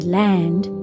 land